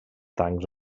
tancs